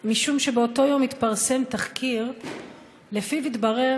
משום שבאותו יום התפרסם תחקיר שלפיו התברר